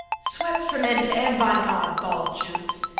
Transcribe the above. swept from end to end, by god! bawled jukes.